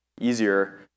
easier